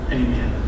amen